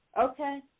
Okay